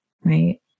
right